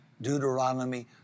Deuteronomy